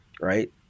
right